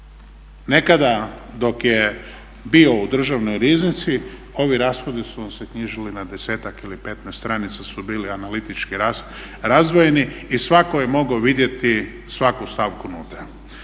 Nekada dok je bio u Državnoj riznici ovi rashodi su vam se knjižili na desetak ili petnaest stranica su bili analitički razdvojeni i svatko je mogao vidjeti svaku stavku unutra.